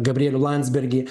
gabrielių landsbergį